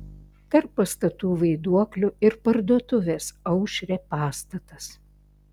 tarp pastatų vaiduoklių ir parduotuvės aušrė pastatas